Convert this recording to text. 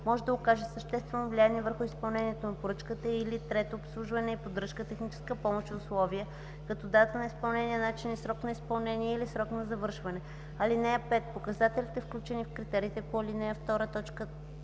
може да окаже съществено влияние върху изпълнението на поръчката, или 3. обслужване и поддръжка, техническа помощ и условия, като дата на изпълнение, начин и срок на изпълнение или срок на завършване. (5) Показателите, включени в критериите по ал. 2,